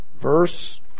Verse